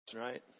Right